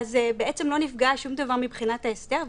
בעצם לא נפגע שום דבר מבחינת ההסדר,